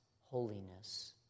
holiness